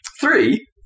three